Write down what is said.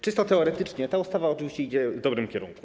Czysto teoretycznie ta ustawa oczywiście idzie w dobrym kierunku.